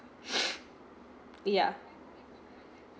ya